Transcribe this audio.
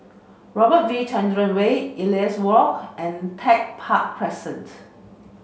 Robert V Chandran Way Ellis Walk and Tech Park Crescent